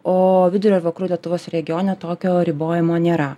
o vidurio ir vakarų lietuvos regione tokio ribojimo nėra